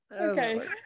Okay